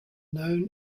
known